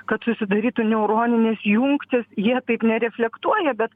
kad susidarytų neuroninės jungtys jie taip nereflektuoja bet